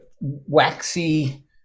waxy